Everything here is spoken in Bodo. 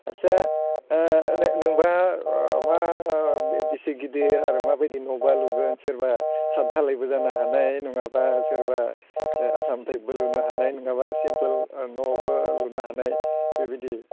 एसे नोंबा मा बेसे गिदिर आरो माबायदि न'बा लुगोन सोरबा सात धालायबो जानो हानाय नङाब्ला सोरबा ओ आसाम टाइपबो लुनो हाना नङाब्ला सिमपोल न'बो लुनो हानाय बेबायदि